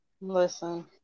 Listen